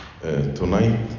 Tonight